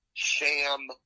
sham